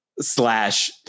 slash